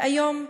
והיום,